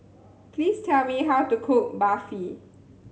please tell me how to cook Barfi